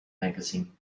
magazine